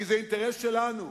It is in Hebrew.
כי זה אינטרס שלנו.